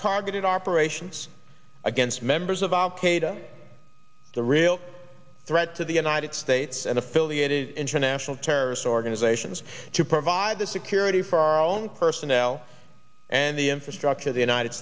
targeted operations against members of al qaeda the real threat to the united states and affiliated international terrorist organizations to provide the security for our own personnel and the infrastructure of the united